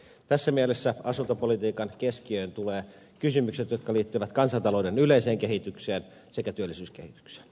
tässä mielessä asuntopolitiikan keskiöön tulevat kysymykset jotka liittyvät kansantalouden yleiseen kehitykseen sekä työllisyyskehitykseen